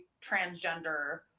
transgender